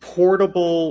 portable